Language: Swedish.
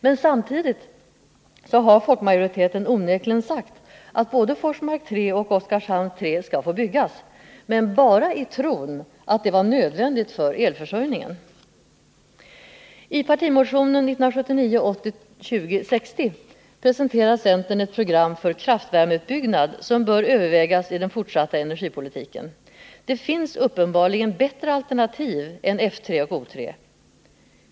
Men samtidigt har folkmajoriteten onekligen sagt att både Forsmark 3 och Oskarshamn 3 skall få byggas, men den har gjort det i tron att det var nödvändigt för elförsörjningen. I partimotionen 1979/80:2060 presenterar centern ett program för kraftvärmeutbyggnad, som bör övervägas i den fortsatta energipolitiken. Det finns uppenbarligen bättre alternativ än F3 och O3.